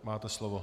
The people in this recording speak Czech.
Máte slovo.